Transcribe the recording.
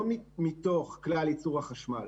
לא מתוך כלל ייצור החשמל.